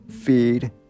feed